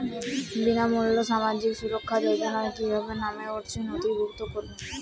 বিনামূল্যে সামাজিক সুরক্ষা যোজনায় কিভাবে নামে নথিভুক্ত করবো?